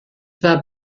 war